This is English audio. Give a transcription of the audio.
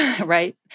right